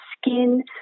skin